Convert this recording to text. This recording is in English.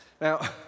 Now